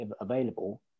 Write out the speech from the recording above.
available